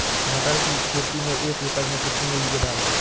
मटर की खेती में एक एकड़ में कितनी यूरिया डालें?